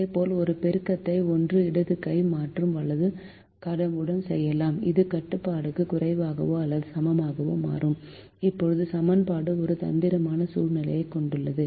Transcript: இதேபோல் இந்த பெருக்கத்தை 1 இடது கை மற்றும் வலது புறம் 1 உடன் செய்யலாம் இது கட்டுப்பாட்டுக்கு குறைவாகவோ அல்லது சமமாகவோ மாறும் இப்போது சமன்பாடு ஒரு தந்திரமான சூழ்நிலையைக் கொண்டுள்ளது